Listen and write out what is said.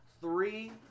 three